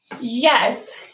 Yes